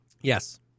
Yes